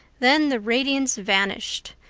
then the radiance vanished.